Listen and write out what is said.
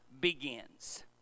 Begins